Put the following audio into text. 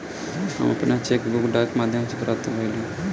हमरा आपन cheque book डाक के माध्यम से प्राप्त भइल ह